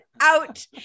out